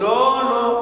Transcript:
לא רצה שלום?